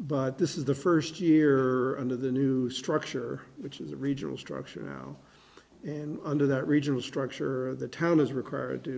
but this is the first year under the new structure which is a regional structure now and under that regional structure the town is required